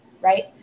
right